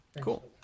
cool